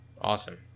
awesome